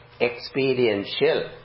experiential